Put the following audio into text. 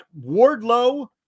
Wardlow